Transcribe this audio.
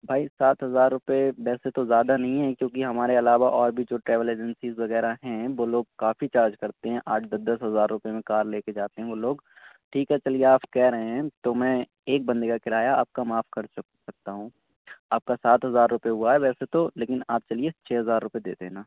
بھائی سات ہزار روپئے ویسے تو زیادہ نہیں ہے کیونکہ ہمارے علاوہ اور بھی جو ٹریول ایجنسیز وغیرہ ہیں وہ لوگ کافی چارج کرتے ہیں آٹھ دس دس ہزار روپئے میں کار لے کے جاتے ہیں وہ لوگ ٹھیک ہے چلیے آپ کہہ رہے ہیں تو میں ایک بندے کا کرایہ آپ کا معاف کر سکتا ہوں آپ کا سات ہزار روپئے ہُوا ہے ویسے تو لیکن آپ چلیے چھ ہزار روپئے دے دینا